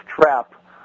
trap